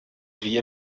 wie